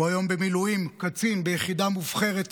הוא היום במילואים קצין ביחידה מובחרת,